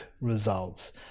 results